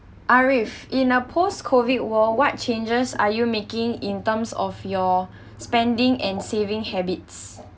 ariff in a post-COVID world what changes are you making in terms of your spending and saving habits